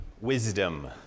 wisdom